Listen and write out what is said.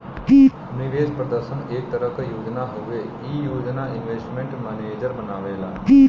निवेश प्रदर्शन एक तरह क योजना हउवे ई योजना इन्वेस्टमेंट मैनेजर बनावेला